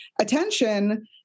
attention